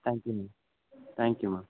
thank you ma'am thank you ma'am